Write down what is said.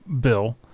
bill